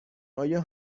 آیا